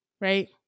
right